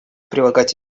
прилагать